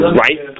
right